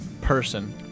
person